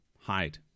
hide